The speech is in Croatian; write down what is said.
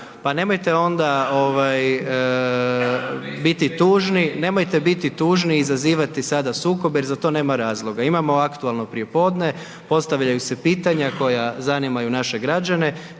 nemojte biti tužni, izazivati sada sukobe jer za to nema razloga, imamo aktualno prijepodne, postavljaju se pitanja koja zanimaju naše građane